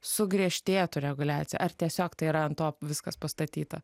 sugriežtėtų reguliacija ar tiesiog tai yra ant to viskas pastatyta